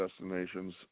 destinations